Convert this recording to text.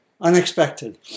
unexpected